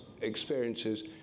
experiences